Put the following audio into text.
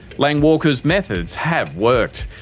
lang walker's methods have worked.